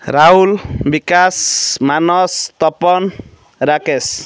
Rahul Bikash Manas Tapan Rakesh